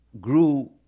grew